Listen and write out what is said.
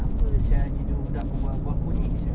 apa sia ini dua budak berbual-bual ku ni sia